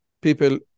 people